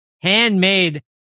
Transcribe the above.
handmade